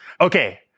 Okay